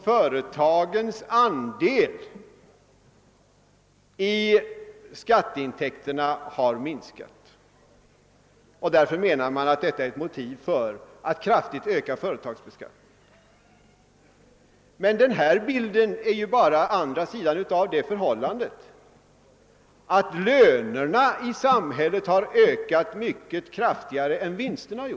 Företagens andel av skatteintäkterna har alltså minskat. Denna bild är dock bara andra sidan av det förhållandet att lönerna i samhället har ökat mycket kraftigare än vinsterna.